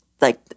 like-